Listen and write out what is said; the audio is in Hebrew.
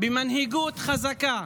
במנהיגות חזקה,